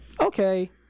okay